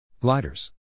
gliders